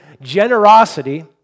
generosity